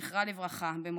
זכרה לברכה,